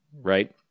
right